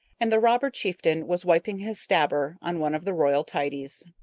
and the robber chieftain was wiping his stabber on one of the royal tidies.